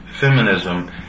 feminism